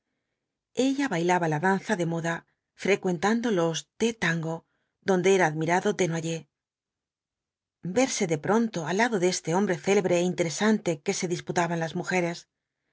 ella bailaba la danza de moda frecuentando los the tango donde era admirado desnoyers verse de pronto al lado los cuatro jinetes dbl apocalipsis de este hombre célebre é interesante que se disputaban las mujeres